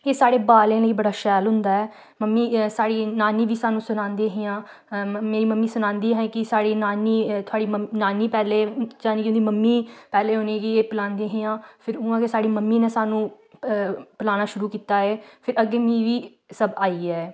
एह् साढ़े बालें लेई शैल होंदा ऐ मम्मी साढ़ी नानी बी सानूं सनांदी हियां मेरी मम्मी सनांदी हियां कि साढ़ी नानी थुआढ़ी नानी पैह्लें यानि कि उं'दी मम्मी पैह्लें उ'नें गी एह् पलादियां हियां फिर उ'आं गे साढ़ी मम्मी ने सानूं पलाना शुरू कीता एह् फिर अग्गें मीं बी सब्ब आई गेआ ऐ